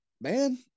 man